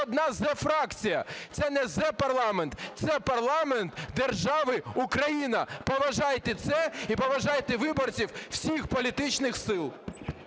одна Зе-фракція? Це не Зе-парламент, це парламент держави Україна, поважайте це і поважайте виборців всіх політичних сил.